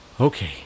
Okay